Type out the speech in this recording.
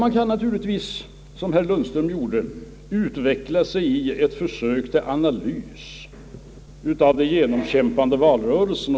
Herr Lundström gjorde ett försök till analys av den genomkämpade valrörelsen.